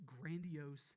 grandiose